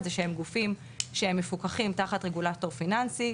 זה שהם גופים שהם מפוקחים תחת רגולטור פיננסי.